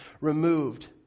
removed